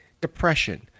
depression